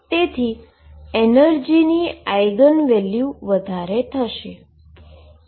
તેથી એનર્જીની eigen value વધારે થશે